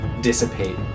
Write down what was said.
dissipate